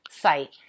site